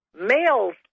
males